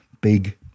big